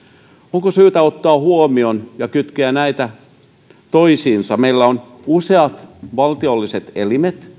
onko syytä ottaa huomioon ja kytkeä nämä toisiinsa meillä on useita valtiollisia elimiä